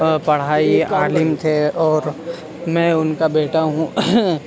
پڑھائی عالم تھے اور میں ان کا بیٹا ہوں